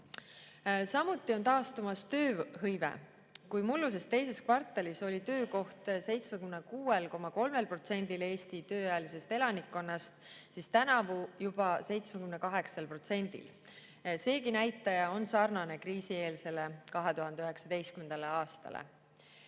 Samuti on taastumas tööhõive. Kui mulluses teises kvartalis oli töökoht 76,3%-l Eesti tööealisest elanikkonnast, siis tänavu juba 78%-l. Seegi näitaja on sarnane kriisieelse 2019. aasta